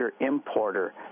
importer